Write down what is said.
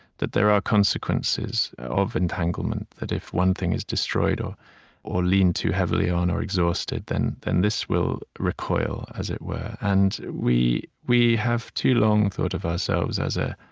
that there are consequences of entanglement that if one thing is destroyed or or leaned too heavily on or exhausted, then then this will recoil, as it were. and we we have too long thought of ourselves as ah